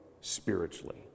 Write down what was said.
spiritually